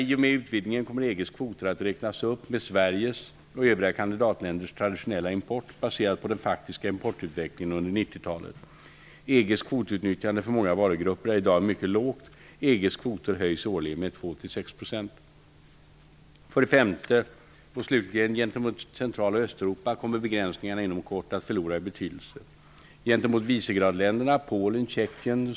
I och med utvidgningen kommer EG:s kvoter att räknas upp med Sveriges -- och övriga kandidatländers -- traditionella import baserat på den faktiska importutvecklingen under 90-talet. EG:s kvotutnyttjande för många varugrupper är i dag mycket lågt. EG:s kvoter höjs årligen med 2-- 5. Gentemot Central och Östeuropa kommer begränsningarna inom kort att förlora i betydelse.